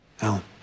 Alan